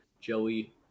Joey